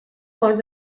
was